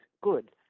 good